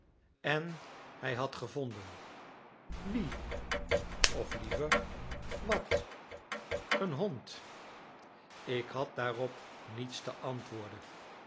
en hij had gevonden wie of liever wat een hond ik had daarop niets te antwoorden